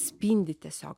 spindi tiesiog